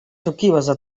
tukibaza